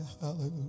hallelujah